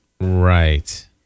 Right